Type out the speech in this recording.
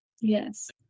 Yes